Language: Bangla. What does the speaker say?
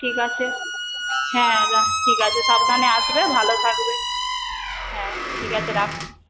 ঠিক আছে হ্যাঁ রাখ ঠিক আছে সাবধানে আসবে ভালো থাকবে হ্যাঁ ঠিক আছে রাখছি